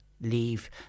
leave